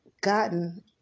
gotten